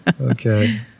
Okay